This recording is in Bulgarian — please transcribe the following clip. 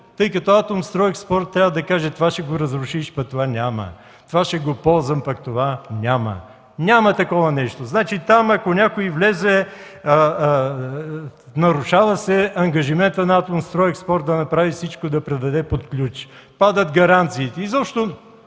тъй като „Атомстройекспорт” трябва да каже – това ще го разрушиш, пък това няма, това ще го ползвам, пък това няма. Няма такова нещо. Там, ако някой влезе, нарушава се ангажиментът на „Атомстройекспорт” да направи всичко, да предаде под ключ – падат гаранциите.